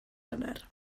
wener